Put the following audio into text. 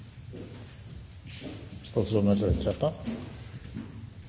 statsråd.